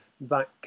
back